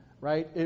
right